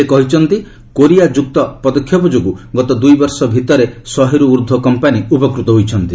ସେ କହିଛନ୍ତି 'କୋରିଆ ଯୁକ୍ତ' ପଦକ୍ଷେପ ଯୋଗୁଁ ଗତ ଦୁଇବର୍ଷ ଭିତରେ ଶହେରୁ ଊର୍ଦ୍ଧ୍ୱ କମ୍ପାନି ଉପକୃତ ହୋଇଛନ୍ତି